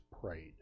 prayed